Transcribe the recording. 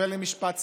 ולמשפט ציבור.